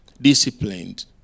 disciplined